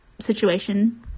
situation